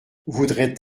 voudrait